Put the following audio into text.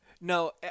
no